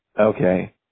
Okay